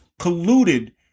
colluded